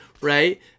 Right